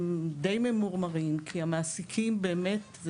הם די ממורמרים כי המעסיקים באמת,